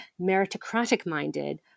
meritocratic-minded